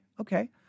okay